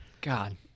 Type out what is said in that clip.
God